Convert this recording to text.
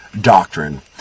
Doctrine